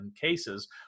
cases